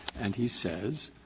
and he says,